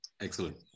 Excellent